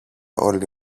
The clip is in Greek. όλη